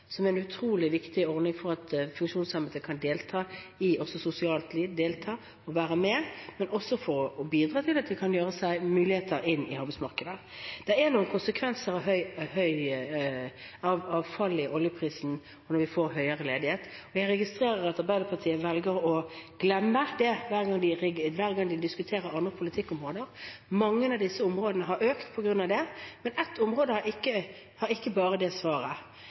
som er en utrolig viktig ordning for at funksjonshemmede kan delta også i sosialt liv – være med – men også for at de kan få muligheter på arbeidsmarkedet. Det er noen konsekvenser av fallet i oljeprisen – vi får høyere ledighet. Jeg registrerer at Arbeiderpartiet velger å glemme det hver gang de diskuterer andre politikkområder. På mange av disse områdene har den økt på grunn av det, men ett område har ikke bare det svaret.